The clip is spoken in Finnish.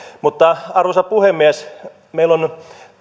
mutta arvoisa puhemies meillä on